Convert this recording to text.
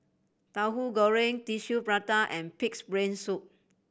Tahu Goreng Tissue Prata and Pig's Brain Soup